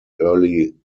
early